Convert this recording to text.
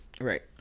Right